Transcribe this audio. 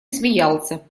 смеялся